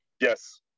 Yes